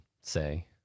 say